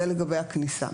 זה לגבי הכניסה.